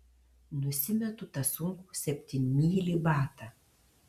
nusimetu tą sunkų septynmylį batą